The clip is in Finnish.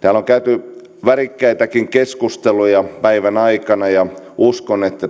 täällä on käyty värikkäitäkin keskusteluja päivän aikana ja uskon että